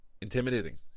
intimidating